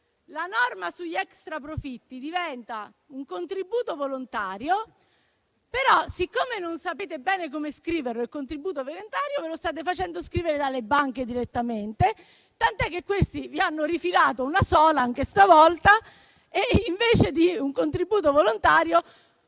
la norma sugli extraprofitti diventa un contributo volontario, però, siccome non sapete bene come scrivere il contributo volontario, ve lo state facendo scrivere direttamente dalle banche, tant'è che questi vi hanno rifilato una sola anche stavolta, e invece di un contributo volontario